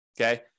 Okay